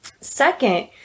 Second